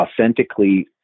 authentically